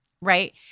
Right